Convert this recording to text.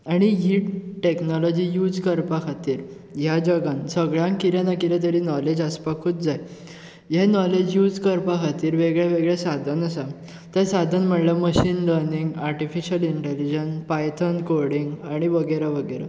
आनी ही technology use करपा खातीर ह्या जगान सगळ्यांक कितें ना कितें तरी नॉलेज आसपाकूच जाय हे नॉलेज यूज करपा खातीर वेगळे वेगळे साधन आसा ते साधन म्हळ्यार machine learning artificial intelligence Python coding आनी वगैरा वगैरा